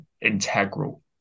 integral